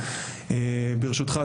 ברשותך,